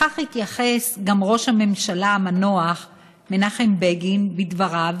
לכך התייחס גם ראש הממשלה המנוח מנחם בגין בדבריו,